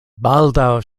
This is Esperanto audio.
baldaŭ